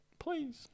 Please